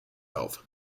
auf